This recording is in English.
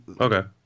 okay